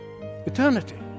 Eternity